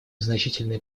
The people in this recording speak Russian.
значительные